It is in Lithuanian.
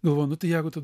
galvoju nu tai jeigu tu